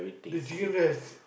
the chicken rice